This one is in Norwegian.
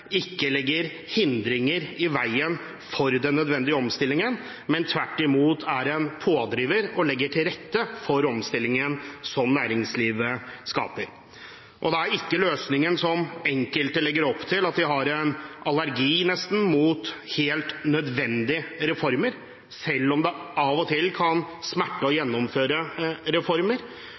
ikke legger hindringer i veien for den nødvendige omstillingen, men tvert imot er en pådriver og legger til rette for omstillingen som næringslivet skaper. Da er ikke løsningen, som enkelte legger opp til, å være nesten allergisk mot helt nødvendige reformer. Selv om det av og til kan smerte å gjennomføre reformer,